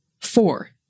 Four